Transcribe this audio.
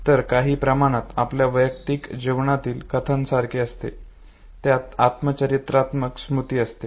तर हे काही प्रमाणात आपल्या वैयक्तिक जीवनातील कथांसारखे असते ज्यात आत्मचरित्रात्मक स्मृती असते